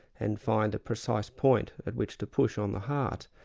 and find the precise point at which to push on the heart,